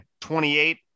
28